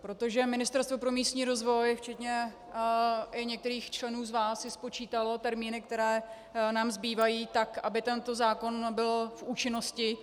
Protože Ministerstvo pro místní rozvoj včetně některých členů z vás si spočítalo termíny, které nám zbývají tak, aby tento zákon byl v účinnosti.